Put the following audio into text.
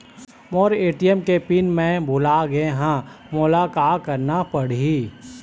मोर ATM के PIN मैं भुला गैर ह, मोला का करना पढ़ही?